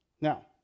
Now